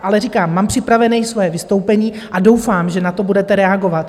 Ale říkám, mám připravené svoje vystoupení a doufám, že na to budete reagovat.